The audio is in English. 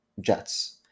jets